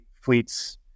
fleets